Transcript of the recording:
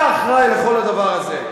אתה אחראי לכל הדבר הזה.